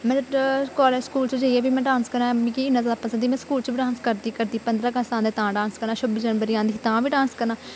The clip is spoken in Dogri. मेरे कालेज स्कूल च जाइयै में बी डांस करना मिगी इन्ना जादा पसंद ही में स्कूल च बी डांस करदी करदी पदरां अगस्त आंदे तां डांस करना छब्बी जनवरी आंदी ही तां बी डांस करना